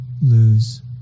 lose